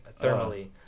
thermally